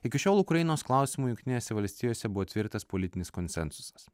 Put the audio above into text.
iki šiol ukrainos klausimu jungtinėse valstijose buvo tvirtas politinis konsensusas